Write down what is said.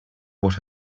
what